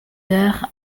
heures